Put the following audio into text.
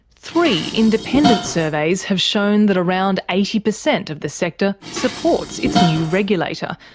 three independent surveys have shown that around eighty percent of the sector supports its new regulator,